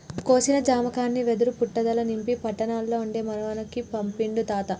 కోసిన జామకాయల్ని వెదురు బుట్టలల్ల నింపి పట్నం ల ఉండే మనవనికి పంపిండు తాత